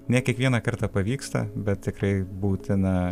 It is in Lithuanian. ne kiekvieną kartą pavyksta bet tikrai būtina